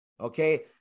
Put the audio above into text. okay